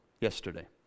yesterday